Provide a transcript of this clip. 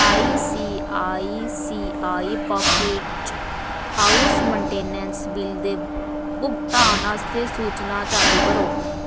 ICICI pockets च house maintenance bill दे भुगतान आस्तै सूचनां चालू करो